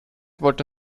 wollte